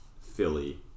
Philly